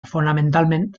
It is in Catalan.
fonamentalment